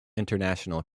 international